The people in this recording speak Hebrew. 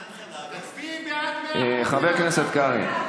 תצביעי בעד 100%. חבר הכנסת קרעי,